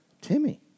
Timmy